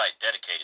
dedicated